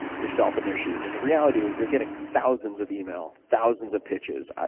yourself in their shoes. and the reality is, they're getting thousands of email, thousands of pitches.